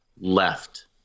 left